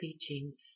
teachings